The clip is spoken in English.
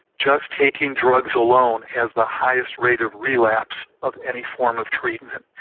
just taking drugs alone has the highest rate of relapse of any form of treatment.